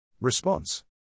Response